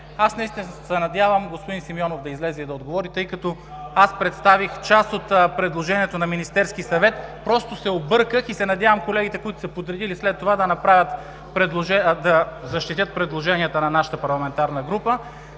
се надявам господин Симеонов да излезе и да отговори, тъй като аз представих част от предложението на Министерския съвет. Обърках се и се надявам колегите, които са се подредили след това за изказване, да защитят предложенията на нашата парламентарна група.